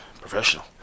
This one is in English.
Professional